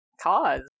cause